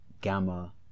Gamma